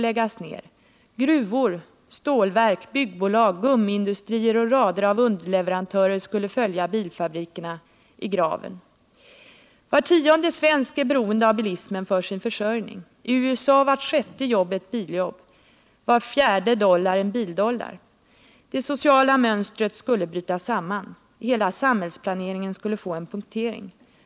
Gruvor, stålverk, byggbolag, gummiindustrier och rader av underleverantörer skulle följa bilfabrikerna i graven. Var tionde svensk är beroende av bilismen för sin försörjning. I USA är vart sjätte jobb ett biljobb, var fjärde dollar en bildollar. Det sociala mönstret skulle bryta samman. Hela samhällsplaneringen skulle få punktering.